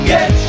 Get